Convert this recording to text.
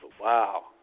Wow